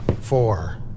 Four